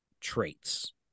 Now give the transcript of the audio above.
traits